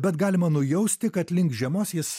bet galima nujausti kad link žiemos jis